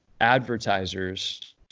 advertisers